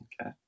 okay